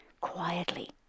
quietly